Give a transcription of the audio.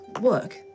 work